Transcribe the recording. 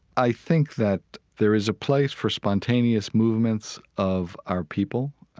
i think that there is a place for spontaneous movements of our people,